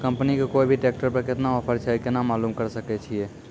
Company के कोय भी ट्रेक्टर पर केतना ऑफर छै केना मालूम करऽ सके छियै?